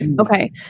Okay